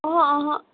अहँ अहँ